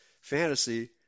Fantasy